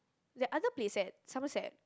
the other place at Somerset